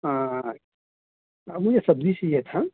ہاں مجھے سبزی چاہیے تھا